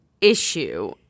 issue